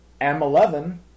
M11